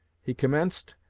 he commenced,